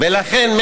ולכן,